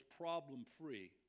problem-free